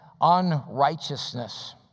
unrighteousness